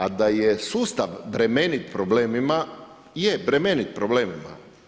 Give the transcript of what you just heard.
A da je sustav bremenit problemima, je bremenit problemima.